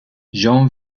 jean